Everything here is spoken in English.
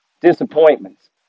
Disappointments